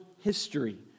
history